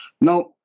Now